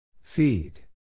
Feed